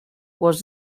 was